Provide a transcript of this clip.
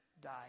die